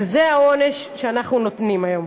וזה העונש שאנחנו נותנים היום.